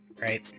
right